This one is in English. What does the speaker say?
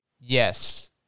Yes